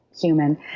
human